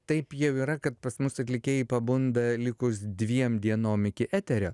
taip jau yra kad pas mus atlikėjai pabunda likus dviem dienom iki eterio